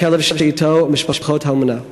הכלב שאתו ומשפחות האומנה.